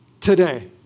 today